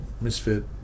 misfit